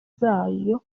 zayo